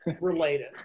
related